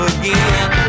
again